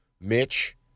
Mitch